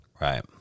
Right